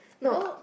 no